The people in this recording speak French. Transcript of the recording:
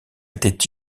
était